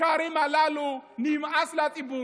השקרים הללו נמאסו על הציבור.